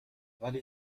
ولی